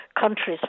countries